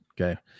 Okay